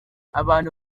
abantu